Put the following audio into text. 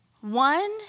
One